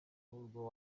n’urwo